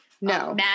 No